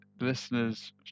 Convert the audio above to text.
listeners